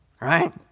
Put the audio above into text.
right